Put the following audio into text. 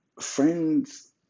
friends